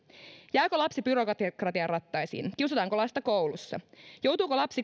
jääkö lapsi byrokratian rattaisiin kiusataanko lasta koulussa joutuuko lapsi